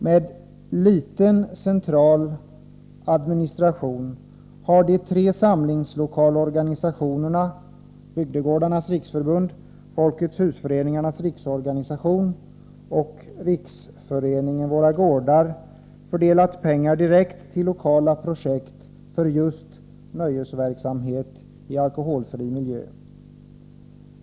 Med liten central administration har de tre samlingslokalorganisationerna — Bygdegårdarnas riksförbund, Folkets Hus-föreningarnas riksorganisation och Riksföreningen Våra Gårdar — fördelat pengar direkt till lokala projekt för just ”Nöjesverksamhet i alkoholfri miljö”.